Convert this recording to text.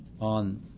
on